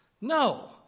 No